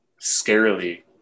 scarily